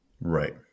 right